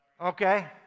Okay